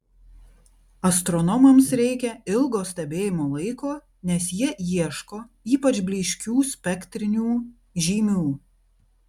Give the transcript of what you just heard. astronomams reikia ilgo stebėjimo laiko nes jie ieško ypač blyškių spektrinių žymių